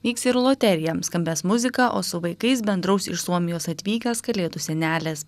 vyks ir loterija skambės muzika o su vaikais bendraus iš suomijos atvykęs kalėdų senelis